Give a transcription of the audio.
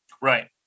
right